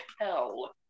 hell